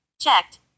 Checked